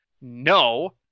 No